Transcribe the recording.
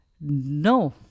No